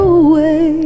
away